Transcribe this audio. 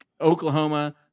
Oklahoma